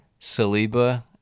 Saliba